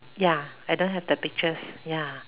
ya I don't have the pictures ya